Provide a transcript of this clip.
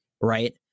right